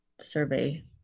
survey